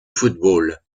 football